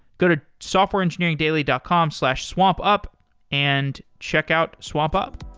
go to softwareengineeringdaily dot com slash swampup and check out swampup